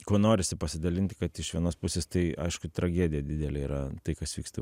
kuo norisi pasidalinti kad iš vienos pusės tai aišku tragedija didelė yra tai kas vyksta